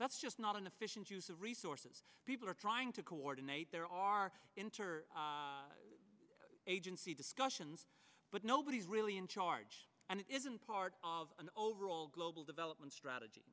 that's just not an efficient use of resources people are trying to coordinate there are internet agency discussions but nobody's really in charge and it isn't part of an overall global development strategy